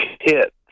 hit